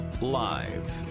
Live